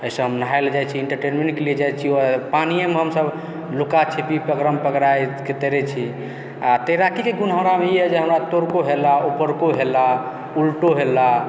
एहिसँ हम नहाइ लेल जाइ छी इन्टरटेनमेन्टके लिए जाइ छी पानिएमे हमसभ लुका छिपी पकड़म पकड़ाइके तैरैत छी आ तैराकीके गुण हमरामे ई यए जे तरको हेलला उपरको हेलला उलटो हेलला